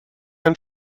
ein